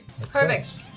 Perfect